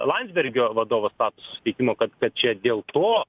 landsbergio vadovo statuso suteikimo kad kad čia dėl to